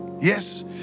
Yes